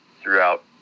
throughout